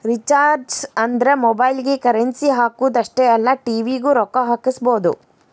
recharges ಅಂದ್ರ ಮೊಬೈಲ್ಗಿ currency ಹಾಕುದ್ ಅಷ್ಟೇ ಅಲ್ಲ ಟಿ.ವಿ ಗೂ ರೊಕ್ಕಾ ಹಾಕಸಬೋದು